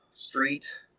Street